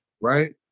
right